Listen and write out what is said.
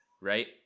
right